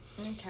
Okay